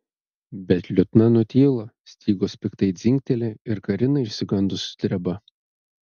bet liutnia nutyla stygos piktai dzingteli ir karina išsigandus sudreba